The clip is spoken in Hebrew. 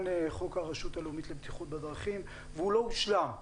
חוק הרשות הלאומית לבטיחות בדרכים והוא לא הושלם,